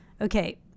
okay